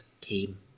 came